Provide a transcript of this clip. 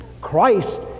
Christ